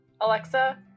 Alexa